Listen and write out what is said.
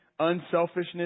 unselfishness